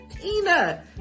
Tina